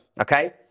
okay